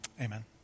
amen